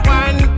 one